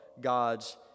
God's